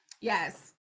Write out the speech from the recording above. Yes